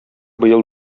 быел